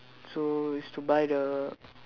so it's to buy the